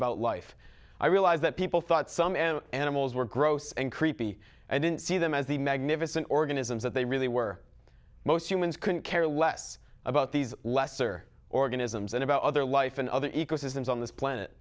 about life i realized that people thought some m animals were gross and creepy and then see them as the magnificent organisms that they really were most humans couldn't care less about these lesser organisms and about other life and other ecosystems on this planet